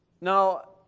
Now